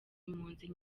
impunzi